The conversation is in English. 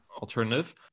Alternative